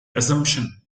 assumption